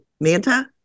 Manta